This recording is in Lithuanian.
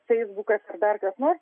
feisbukas ar dar kas nors